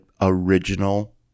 original